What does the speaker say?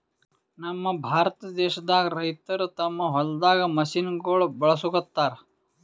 ನಮ್ ಭಾರತ ದೇಶದಾಗ್ ರೈತರ್ ತಮ್ಮ್ ಹೊಲ್ದಾಗ್ ಮಷಿನಗೋಳ್ ಬಳಸುಗತ್ತರ್